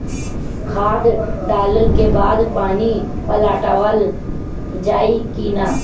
खाद डलला के बाद पानी पाटावाल जाई कि न?